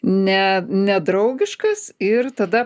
ne nedraugiškas ir tada